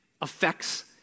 affects